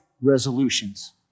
resolutions